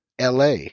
LA